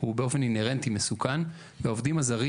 הוא באופן האינהרנטי מסוכן והעובדים הזרים